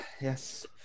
Yes